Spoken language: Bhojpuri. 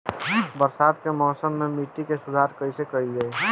बरसात के मौसम में मिट्टी के सुधार कइसे कइल जाई?